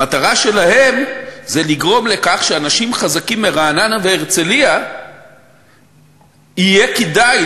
המטרה שלהן היא לגרום לכך שלאנשים חזקים מרעננה והרצליה יהיה כדאי,